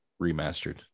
remastered